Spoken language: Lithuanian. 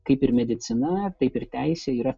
kaip ir medicina taip ir teisė yra